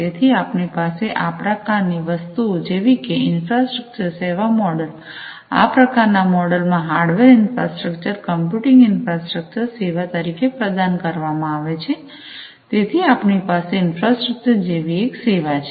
તેથી આપણી પાસે આ પ્રકારની વસ્તુઓ જેવી કે ઇન્ફ્રાસ્ટ્રકચર સેવા મોડલ આ પ્રકારના મોડલમાં હાર્ડવેર ઈન્ફ્રાસ્ટ્રક્ચર કમ્પ્યુટિંગ ઈન્ફ્રાસ્ટ્રક્ચર સેવા તરીકે પ્રદાન કરવામાં આવે છે તેથી આપણી પાસે ઈન્ફ્રાસ્ટ્રક્ચર જેવી એક સેવા છે